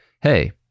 hey